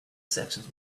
sections